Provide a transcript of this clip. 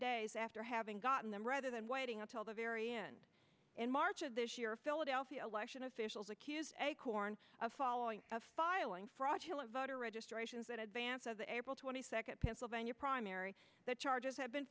days after having gotten them rather than waiting until the very end in march of this year philadelphia election officials accuse acorn of following a filing fraudulent voter registrations that advance of the april twenty second pennsylvania primary that charges have been